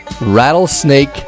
Rattlesnake